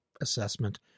assessment